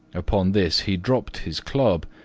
upon this he dropped his club,